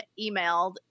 emailed